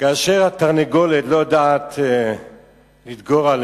כאשר התרנגולת לא יודעת לדגור על